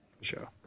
sure